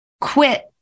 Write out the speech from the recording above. quit